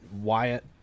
wyatt